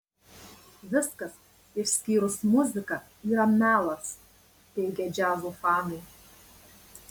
viskas išskyrus muziką yra melas teigia džiazo fanai